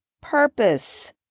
purpose